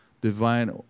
divine